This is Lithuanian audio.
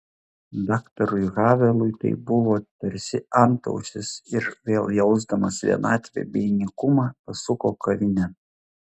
daktarui havelui tai buvo tarsi antausis ir vėl jausdamas vienatvę bei nykumą pasuko kavinėn